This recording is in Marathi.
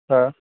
हां